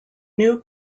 new